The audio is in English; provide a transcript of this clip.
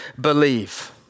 believe